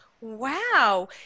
Wow